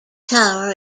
tower